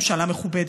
ממשלה מכובדת.